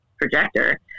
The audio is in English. projector